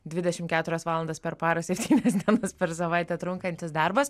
dvidešimt keturias valandas per parą septynias dienas per savaitę trunkantis darbas